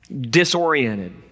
disoriented